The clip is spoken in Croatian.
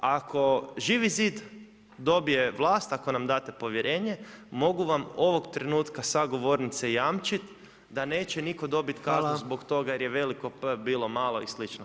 Ako Živi zid dobije vlast ako nam date povjerenje mogu vam ovog trenutka sa govornice jamčiti da neće nitko dobiti kaznu zbog toga jer je veliko P bilo malo i slično.